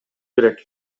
керек